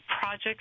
projects